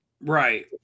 Right